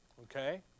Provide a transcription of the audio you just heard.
okay